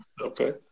Okay